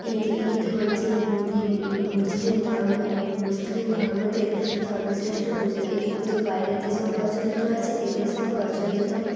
ঈদ ঈদ হচ্ছে মুসলিম ধর্ম মুসলিম ধর্মদের সর্বশ্রেষ্ঠ পুজো এই পুজো বাইরের দেশেও প্রচলিত আছে এই দেশেও প্রচলিত